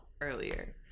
earlier